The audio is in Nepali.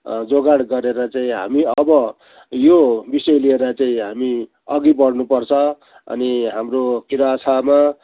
जोगाड गरेर चाहिँ हामी अब यो विषय लिएर चाहिँ हामी अघि बढ्नुपर्छ अनि हाम्रो किराँतमा